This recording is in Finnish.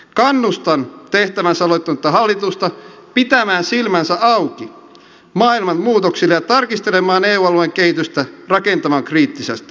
kannustan tehtävänsä aloittanutta hallitusta pitämään silmänsä auki maailman muutoksille ja tarkistelemaan eu alueen kehitystä rakentavan kriittisesti